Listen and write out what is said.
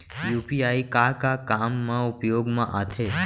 UPI का का काम मा उपयोग मा आथे?